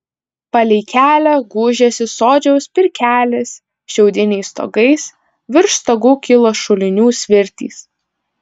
palei kelią gūžėsi sodžiaus pirkelės šiaudiniais stogais virš stogų kilo šulinių svirtys